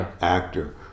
actor